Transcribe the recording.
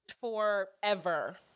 forever